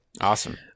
Awesome